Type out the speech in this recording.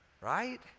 right